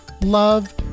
love